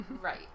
Right